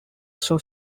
saw